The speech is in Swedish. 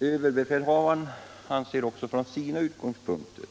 Överbefälhavaren anser från sina utgångspunkter